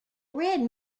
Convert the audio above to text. red